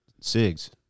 cigs